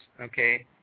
okay